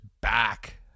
back